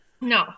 No